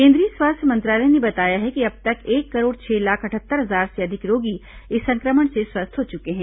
केंद्रीय स्वास्थ्य मंत्रालय ने बताया है कि अब तक एक करोड़ छह लाख अटहत्तर हजार से अधिक रोगी इस संक्रमण से स्वस्थ हो चुके हैं